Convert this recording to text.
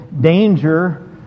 danger